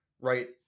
Right